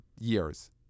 years